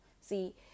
See